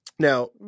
Now